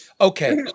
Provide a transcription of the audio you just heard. Okay